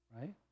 Right